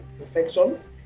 infections